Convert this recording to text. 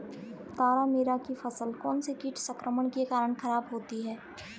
तारामीरा की फसल कौनसे कीट संक्रमण के कारण खराब होती है?